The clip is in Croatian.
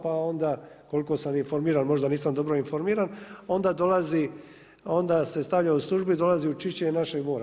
Pa onda koliko sam informiran, možda nisam dobro informiran, onda dolazi, onda se stavlja u službu i dolazi u čišćenju našeg mora.